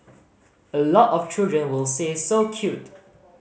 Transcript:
a lot of children will say so cute